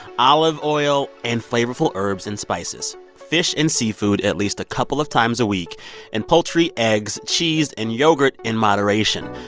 olive oil and flavorful herbs and spices, fish and seafood, at least a couple of times a week and poultry, eggs, cheese and yogurt in moderation,